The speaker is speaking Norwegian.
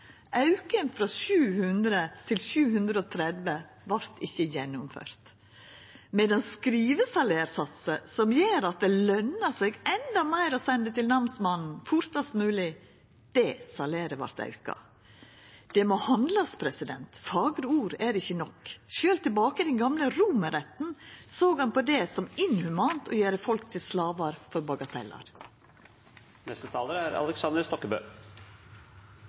Auken frå 700 kr til 730 kr vart ikkje gjennomført. Men satsane på skrivesalær, som gjer at det lønar seg endå meir å senda til namsmannen fortast mogleg, vart auka. Det må handlast. Fagre ord er ikkje nok. Sjølv tilbake til den gamle romarretten såg ein på det som inhumant å gjera folk til slavar for